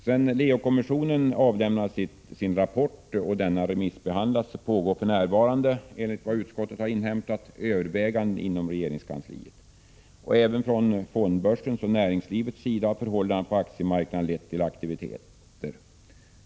Sedan Leo-kommissionen avlämnat sin rapport och den remissbehandlats är frågan för närvarande föremål för övervägande inom regeringskansliet, enligt vad utskottet inhämtat. Även från fondbörsens och näringslivets sida har förhållandena på aktiemarknaden lett till aktiviteter.